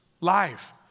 life